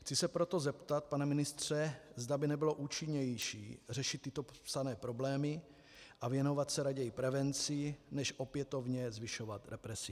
Chci se proto zeptat, pane ministře, zda by nebylo účinnější, řešit tyto popsané problémy a věnovat se raději prevenci než opětovně zvyšovat represi.